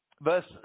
verse